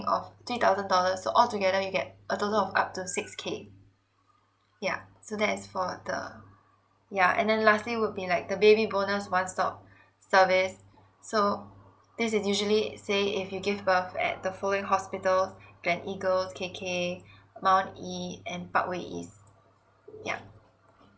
of three thousand dollar so all together you get a total up to six K yeah so that is for the yeah and then lastly would be like the baby bonus one stop service so this is usually say if you give birth at the following hospitals gland eagles K K mount E and park way east yeah